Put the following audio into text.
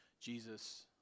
Jesus